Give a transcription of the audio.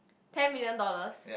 ten million dollars